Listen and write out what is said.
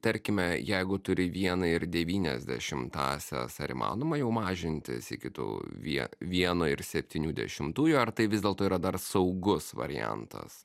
tarkime jeigu turi vieną ir devynias dešimtąsias ar įmanoma jau mažintis iki tų vie vieno ir septynių dešimtųjų ar tai vis dėlto yra dar saugus variantas